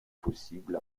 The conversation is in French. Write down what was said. possible